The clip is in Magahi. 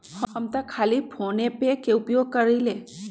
हम तऽ खाली फोनेपे के उपयोग करइले